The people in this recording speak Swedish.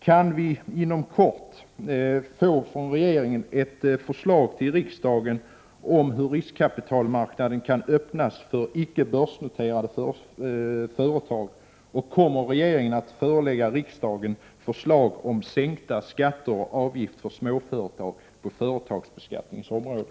Kan vi inom kort från regeringen få ett förslag till riksdagen om hur riskkapitalmarknaden kan öppnas för icke börsnoterade företag? Kommer regeringen att förelägga riksdagen förslag om sänkta skatter och avgifter för småföretagen på företagsbeskattningens område?